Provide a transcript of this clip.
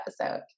episode